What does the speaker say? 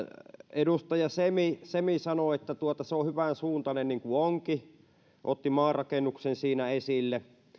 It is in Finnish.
edustaja semi semi sanoi että se on hyvänsuuntainen niin kuin onkin hän otti maanrakennuksen siinä esille